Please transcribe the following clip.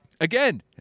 again